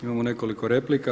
Imamo nekoliko replika.